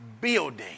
building